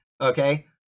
okay